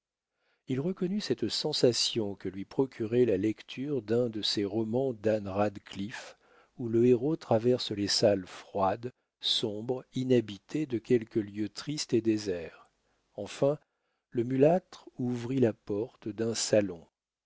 il reconnut cette sensation que lui procurait la lecture d'un de ces romans d'anne radcliffe où le héros traverse les salles froides sombres inhabitées de quelque lieu triste et désert enfin le mulâtre ouvrit la porte d'un salon